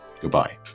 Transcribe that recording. goodbye